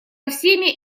всеми